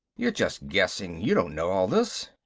you're just guessing you don't know all this.